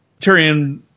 Tyrion